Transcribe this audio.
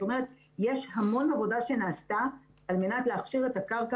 יש המון עבודה שנעשתה על מנת להכשיר את הקרקע